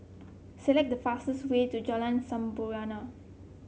select the fastest way to Jalan Sampurna